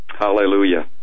hallelujah